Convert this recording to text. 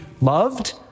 loved